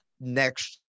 next